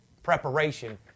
preparation